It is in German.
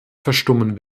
verstummen